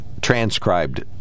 transcribed